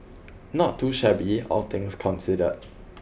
not too shabby all things considered